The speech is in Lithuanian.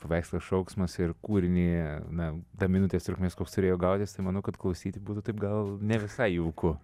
paveikslą šauksmas ir kūrinį na tą minutės trukmės koks turėjo gautis tai manau kad klausyti būtų taip gal ne visai jauku